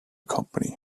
company